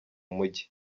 mujyi